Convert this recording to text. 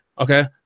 okay